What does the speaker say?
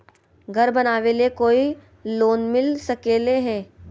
घर बनावे ले कोई लोनमिल सकले है?